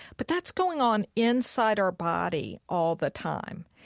but that's going on inside our body all the time.